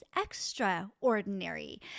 extraordinary